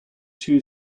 two